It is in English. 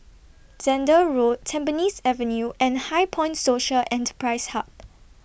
Zehnder Road Tampines Avenue and HighPoint Social Enterprise Hub